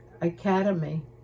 academy